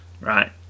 right